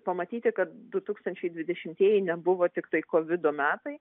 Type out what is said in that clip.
pamatyti kad du tūkstančiai dvidešimtieji nebuvo tiktai kovido metai